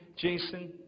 Jason